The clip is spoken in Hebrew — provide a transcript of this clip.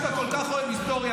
בגלל שאתה כל כך אוהב היסטוריה,